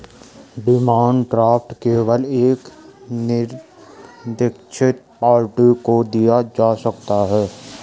demand draft केवल एक निरदीक्षित पार्टी को दिया जा सकता है